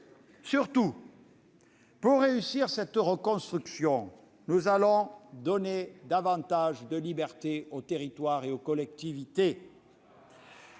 Surtout, pour réussir cette reconstruction, nous allons donner davantage de liberté aux territoires et aux collectivités